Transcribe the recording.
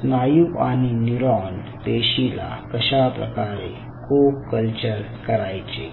स्नायू आणि न्यूरॉन पेशी ला कशा प्रकारे को कल्चर करायचे